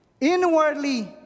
Inwardly